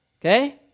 Okay